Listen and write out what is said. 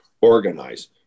organize